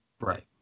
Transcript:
Right